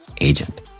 agent